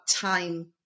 time